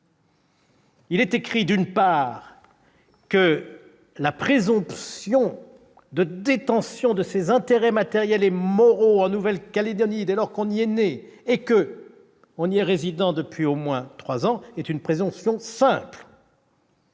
il prévoit que la présomption de détention des intérêts matériels et moraux en Nouvelle-Calédonie, dès lors qu'on y est né et y réside depuis au moins trois ans, est une présomption simple,